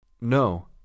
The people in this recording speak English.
No